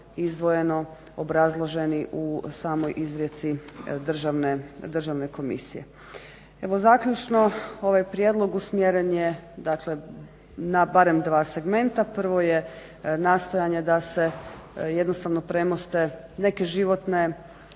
izdvojeno obrazloženi u samoj izrijeci državne komisije. Evo zaključno, ovaj prijedlog usmjeren je na barem dva segmenta. Prvo je nastojanje da se jednostavno premoste neke životne